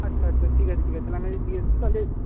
আচ্ছা আচ্ছা ঠিক আছে ঠিক আছে তাহলে আমি আজকে দিয়ে আসব তাহলে